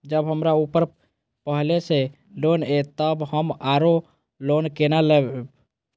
जब हमरा ऊपर पहले से लोन ये तब हम आरो लोन केना लैब?